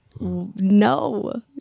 No